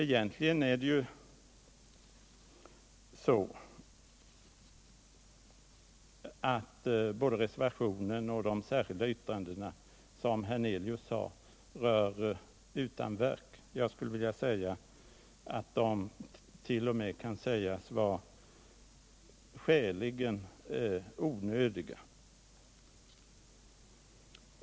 Egentligen är det ju så, att både reservationen och de särskilda yttrandena, som Allan Hernelius sade, rör utanverk. Jag skulle vilja säga att de t.o.m. kan sägas vara skäligen onödiga.